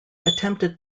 attempted